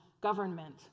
government